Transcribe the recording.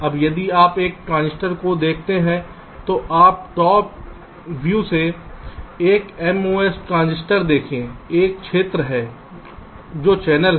अब यदि आप एक ट्रांजिस्टर को देखते हैं तो एक टॉप व्यू से एक MOS ट्रांजिस्टर देखें एक क्षेत्र है जो चैनल है